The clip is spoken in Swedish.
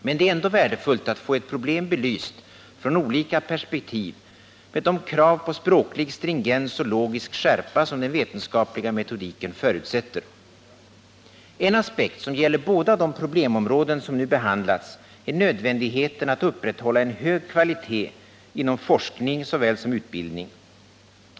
Men det är ändå värdefullt att få ett problem belyst utifrån olika perspektiv med de krav på språklig stringens och logisk skärpa som den vetenskapliga metodiken förutsätter. En aspekt som gäller båda de problemområden som nu behandlats är nödvändigheten av att upprätthålla en hög kvalitet inom såväl forskningen som utbildningen.